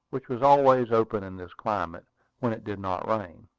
which was always open in this climate when it did not rain.